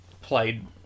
played